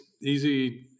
easy